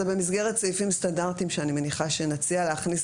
זה במסגרת סעיפים סטנדרטים שאני מניחה שנציע להכניס